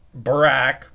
Barack